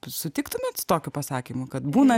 sutiktumėt su tokiu pasakymu kad būna